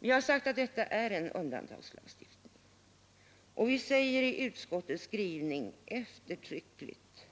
Vi har sagt att detta är en undantagslagstiftning, och vi säger i utskottets skrivning eftertryckligt